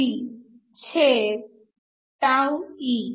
तर t 1 mS